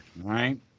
right